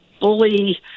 bully